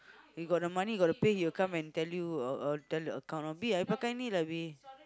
he got the money he got the pay he will come and tell you uh uh tell you account B pekan ini lah B